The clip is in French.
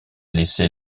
laissé